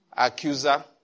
accuser